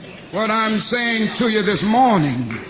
what i'm saying to you this morning